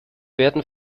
werden